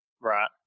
Right